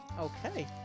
Okay